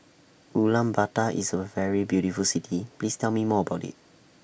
Ulaanbaatar IS A very beautiful City Please Tell Me More about IT